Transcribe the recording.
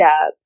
up